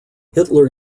hitler